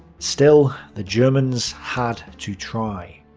still the germans had to try.